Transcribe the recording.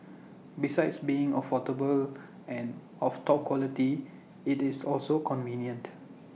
besides being affordable and of top quality IT is also convenient